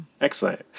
Excellent